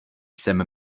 jsem